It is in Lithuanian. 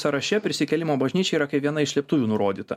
sąraše prisikėlimo bažnyčia yra kaip viena iš slėptuvių nurodyta